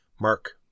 Mark